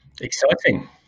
Exciting